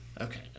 Okay